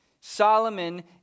Solomon